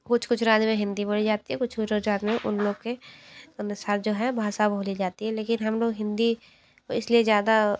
कुछ कुछ राज्य में हिंदी बोली जाती है कुछ कुछ राज्य में उन लोग के जो है भाषा बोली जाती है लेकिन हम लोग हिंदी इस लिए ज़्यादा